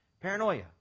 paranoia